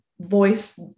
voice